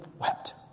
wept